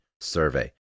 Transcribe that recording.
survey